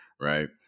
right